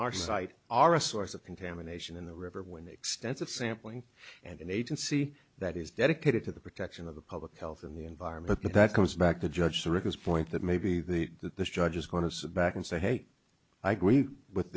our site are a source of contamination in the river when extensive sampling and an agency that is dedicated to the protection of the public health and the environment that comes back to judge the records point that maybe the that this judge is going to sit back and say hey i agree with